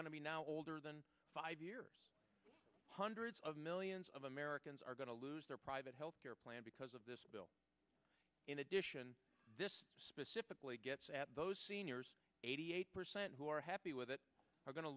to be now older than five years hundreds of millions of americans are going to lose their private health care plan because of this bill in addition this specifically gets at those seniors eighty eight percent who are happy with it are going to